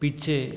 पीछे